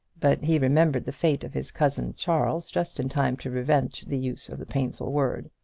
but he remembered the fate of his cousin charles just in time to prevent the use of the painful word.